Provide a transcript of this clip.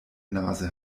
nase